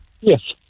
Yes